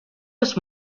los